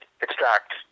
extract